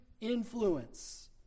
influence